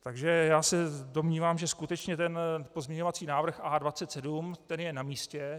Takže se domnívám, že skutečně ten pozměňovací návrh A27 je namístě.